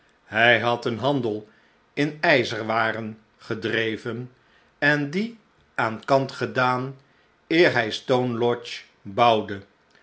hij had een handel in ijzerwaren gedreven en dien aan kant gedaan eer hij stone lodge bouwde